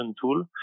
tool